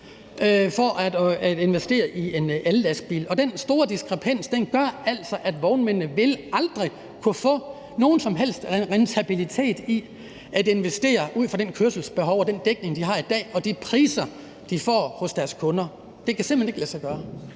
når man investerer i en ellastbil, og den store diskrepans gør altså, at vognmændene aldrig vil kunne få nogen som helst rentabilitet i at investere ud fra det kørselsbehov og den dækning, de har i dag, og de priser, de får hos deres kunder. Det kan simpelt hen ikke lade sig gøre.